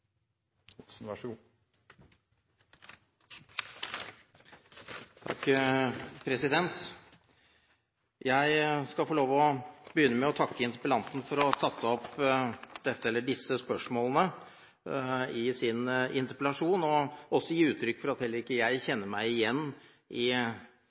Jeg skal begynne med å takke interpellanten for å ha tatt opp disse spørsmålene i sin interpellasjon og også gi uttrykk for at heller ikke jeg kjenner meg igjen i